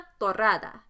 torrada